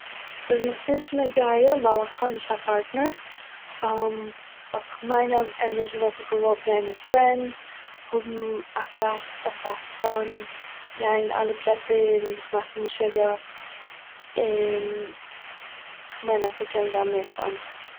ס'איז מיך נישט נוגע, ווייל איך האב נישט א פארטנער וואלט איך מיין אז נישט וואלט איך געוואלט גיין מיט פרענדס, האבן אסאך אסאך פאן, גיין אין אלע פלעצער און זיך מאכן משוגע, און כ'מיין אז ס'קען זיין מער פאן